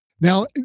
now